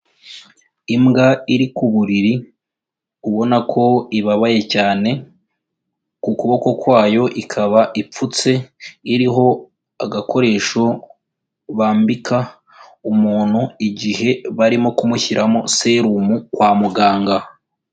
Imbwa iri ku buriri, ubona ko ibabaye cyane ku kuboko kwayo ikaba ipfutse, iriho agakoresho bambika umuntu, igihe barimo kumushyiramo serumu kwa muganga.